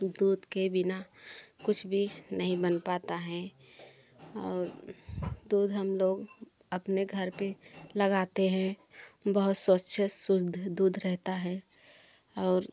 दूध के बिना कुछ भी नहीं बन पाता हैं और दूध हम लोग अपने घर पे लगाते हैं बहुत स्वच्छ शुद्ध दूध रहता है और